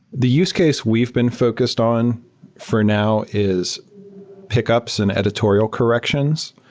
the use case we've been focused on for now is pickups and editorial corrections,